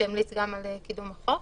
שגם המליץ על קידום החוק.